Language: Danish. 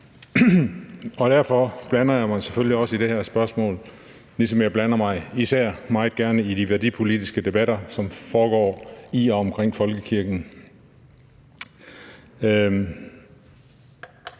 Derfor blander jeg mig selvfølgelig også i det her spørgmål, ligesom jeg meget gerne blander mig i især de værdipolitiske debatter, som foregår i og omkring folkekirken.